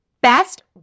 best